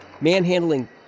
manhandling